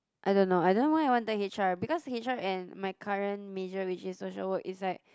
I don't know I don't know why I wanted H_R because H_R and my current major which is social work is like